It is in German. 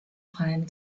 freien